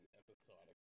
episodic